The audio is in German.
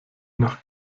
nach